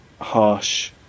harsh